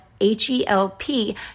H-E-L-P